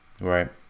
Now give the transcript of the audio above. right